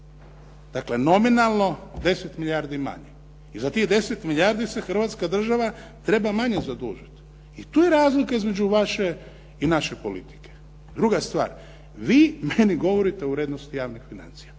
Dakle, nominalno 10 milijardi manje i za tih 10 milijardi se Hrvatska država treba manje zadužiti i tu je razlika između vaše i naše politike. Druga stvar, vi meni govorite o urednosti javnih financija.